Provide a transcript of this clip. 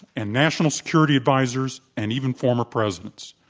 and national security advisers, and even former presidents.